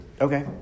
Okay